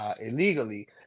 illegally